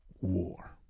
war